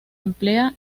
emplea